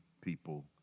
people